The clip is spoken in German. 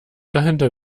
dahinter